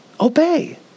Obey